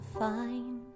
fine